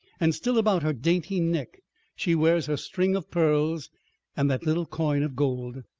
and still about her dainty neck she wears her string of pearls and that little coin of gold.